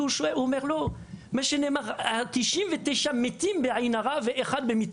הוא אמר שבזה שנאמר ש-99 מתים מהעין הרע אין